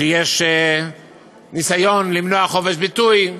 שיש ניסיון למנוע חופש ביטוי,